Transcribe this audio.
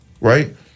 right